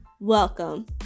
Welcome